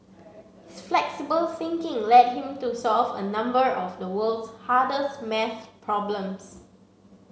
his flexible thinking led him to solve a number of the world's hardest math problems